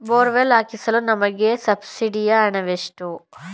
Borewell ಹಾಕಿಸಲು ನಮಗೆ ಸಬ್ಸಿಡಿಯ ಹಣವೆಷ್ಟು?